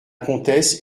comtesse